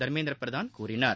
தர்மேந்திர பிரதான் கூறினார்